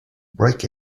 break